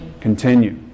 continue